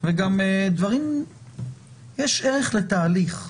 יש ערך לתהליך,